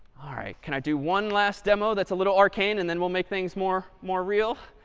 all right. can i do one last demo that's a little arcane and then we'll make things more more real?